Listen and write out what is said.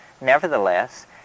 nevertheless